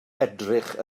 edrych